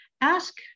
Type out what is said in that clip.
ask